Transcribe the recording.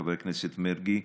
חבר הכנסת מרגי,